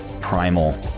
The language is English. primal